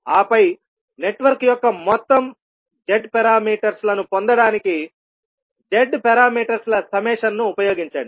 ఆపై నెట్వర్క్ యొక్క మొత్తం z పారామీటర్స్ లను పొందడానికి z పారామీటర్స్ ల సమ్మెషన్ ను ఉపయోగించండి